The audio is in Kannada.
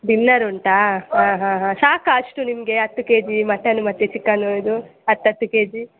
ಡಿನ್ನರ್ ಉಂಟಾ ಹಾಂ ಹಾಂ ಹಾಂ ಸಾಕಾ ಅಷ್ಟು ನಿಮಗೆ ಹತ್ತು ಕೆ ಜಿ ಮಟನ್ ಮತ್ತು ಚಿಕನ್ ಇದು ಹತ್ತು ಹತ್ತು ಕೆ ಜಿ